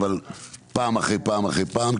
אבל פעם אחרי פעם אחרי פעם,